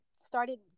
started